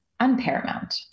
unparamount